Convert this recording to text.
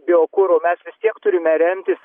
biokuru mes vis tiek turime remtis